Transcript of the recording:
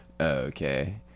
Okay